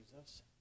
Jesus